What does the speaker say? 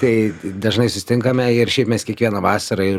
tai dažnai susitinkame ir šiaip mes kiekvieną vasarą ir